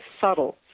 subtle